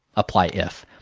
apply if.